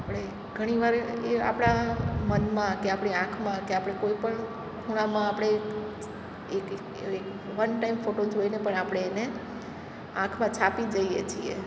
આપણે ઘણી વાર એ આપણે મનમાં કે આપણી આંખમાં કે આપણે કોઈપણ ખૂણામાં આપણે એક ચ એક વન ટાઈમ ફોટો જોઈને પણ આપણે એને આંખમાં છાપી જ લઈએ છીએ